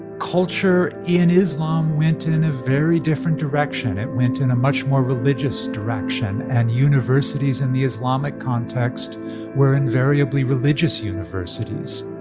culture in islam went in a very different direction it went in a much more religious direction, and universities in the islamic context were invariably religious universities.